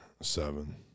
seven